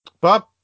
Bob